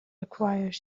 acquire